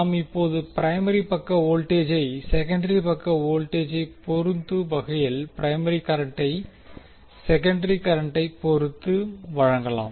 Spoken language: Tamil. நாம் இப்போது பிரைமரி பக்க வோல்டேஜை செகண்டரி பக்க வோல்டேஜை பொருத்தும் மற்றும் பிரைமரி கரண்டை செகண்டரி கரண்டை பொருத்தும் வழங்கலாம்